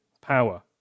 power